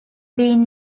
being